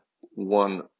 one